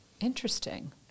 Interesting